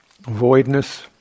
voidness